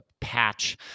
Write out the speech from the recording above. patch